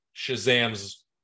Shazam's